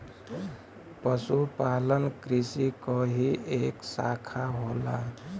पशुपालन कृषि क ही एक साखा होला